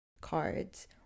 cards